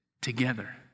together